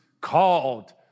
called